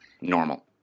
Normal